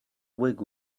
wig